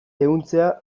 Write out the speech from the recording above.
ehuntzea